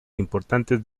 importantes